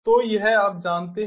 तो यह आप जानते हैं